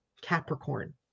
Capricorn